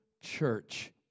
church